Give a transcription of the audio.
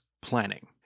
planning